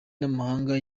n’amahanga